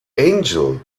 angel